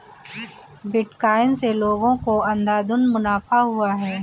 bitcoin से लोगों को अंधाधुन मुनाफा हुआ है